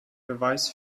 beweis